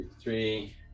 Three